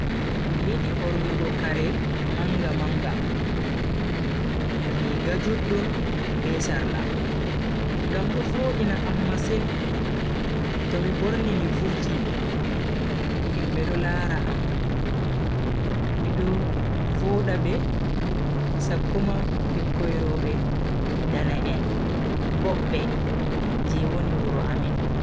Mi yidi bornugo kare manga-managa. Rigaa juddum be sarla, ngam do vodina am masin. to mi borni mi vurti himbe do lara am mido voda be sakko ma bikkoi robe dane en bobbe je woni wuro amin.